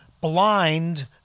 Blind